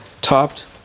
topped